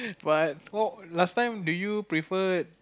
what what last time do you preferred